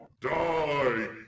die